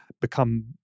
become